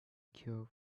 cure